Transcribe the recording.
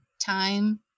time